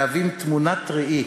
הן תמונת ראי